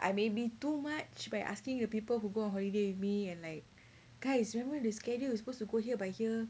I may be too much by asking the people who go on holiday with me and like guys remember the schedule we supposed to go here by here